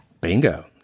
Bingo